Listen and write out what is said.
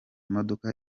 modoka